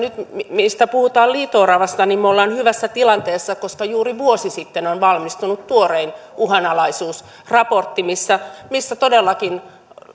kun puhutaan liito oravasta me olemme hyvässä tilanteessa koska juuri vuosi sitten on valmistunut tuorein uhanalaisuusraportti missä missä todellakin